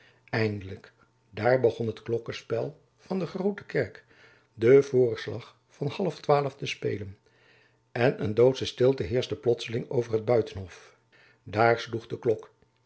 eindelijk daar begon het klokkespel van de groote kerk den voorslag van half twaalf te spelen en een doodsche stilte heerschte plotselings over liet buitenhof daar sloeg de klok